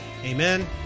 Amen